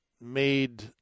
made